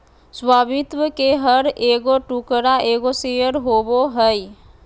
स्वामित्व के हर एगो टुकड़ा एगो शेयर होबो हइ